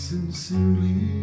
Sincerely